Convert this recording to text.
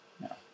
no